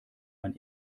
man